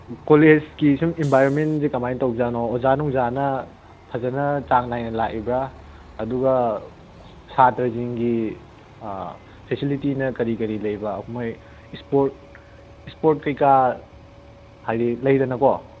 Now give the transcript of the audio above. ꯀꯣꯂꯦꯖꯀꯤ ꯁꯨꯝ ꯏꯟꯚꯥꯏꯔꯣꯟꯃꯦꯟꯁꯦ ꯀꯃꯥꯏ ꯇꯧꯕꯅꯣ ꯑꯣꯖꯥ ꯅꯨꯡꯖꯥꯅ ꯐꯖꯅ ꯆꯥꯡ ꯅꯥꯏꯅ ꯂꯥꯛꯏꯕ꯭ꯔꯥ ꯑꯗꯨꯒ ꯁꯥꯇ꯭ꯔꯁꯤꯡꯒꯤ ꯐꯦꯁꯤꯂꯤꯇꯤꯅ ꯀꯔꯤ ꯀꯔꯤ ꯂꯩꯕ ꯃꯣꯏ ꯏꯁꯄꯣꯔꯠ ꯏꯁꯄꯣꯔꯠ ꯀꯩꯀꯥ ꯍꯥꯏꯗꯤ ꯂꯩꯗꯅꯀꯣ